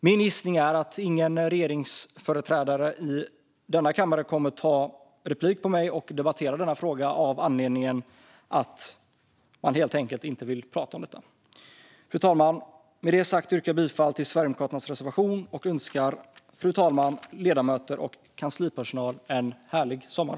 Min gissning är att ingen regeringsföreträdare i denna kammare kommer att begära replik på mitt anförande och debattera denna fråga - av anledningen att man helt enkelt inte vill prata om detta. Fru talman! Med det sagt yrkar jag bifall till Sverigedemokraternas reservation och önskar fru talmannen, ledamöter och kanslipersonal en härlig sommar.